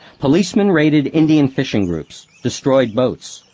policemen raided indian fishing groups, destroyed boats,